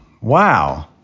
Wow